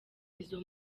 izo